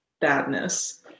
badness